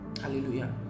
Hallelujah